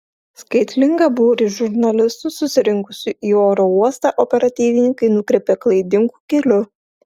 skaitlingą būrį žurnalistų susirinkusių į oro uostą operatyvininkai nukreipė klaidingu keliu